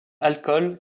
alcool